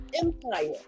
empire